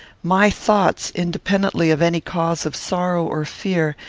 my thoughts, independently of any cause of sorrow or fear,